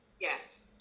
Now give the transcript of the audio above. Yes